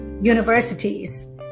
universities